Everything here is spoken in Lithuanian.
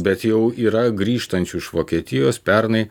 bet jau yra grįžtančių iš vokietijos pernai